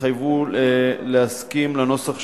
יתחייבו להסכים לנוסח שגובש,